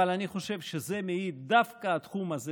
אבל אני חושב שזה מעיד, דווקא התחום הזה